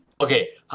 okay